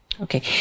Okay